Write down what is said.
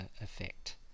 effect